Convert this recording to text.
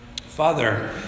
Father